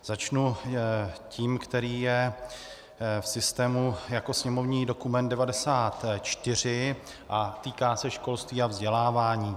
Začnu tím, který je v systému jako sněmovní dokument 94 a týká se školství a vzdělávání.